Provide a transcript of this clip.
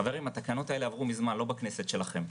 חברים, התקנות האלה עברו מזמן לא בכנסת שלכם.